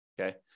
okay